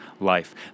life